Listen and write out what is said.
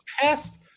past